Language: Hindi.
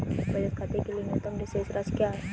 बचत खाते के लिए न्यूनतम शेष राशि क्या है?